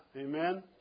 Amen